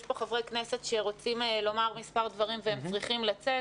יש פה חברי כנסת שרוצים לומר מספר דברים והם צריכים לצאת.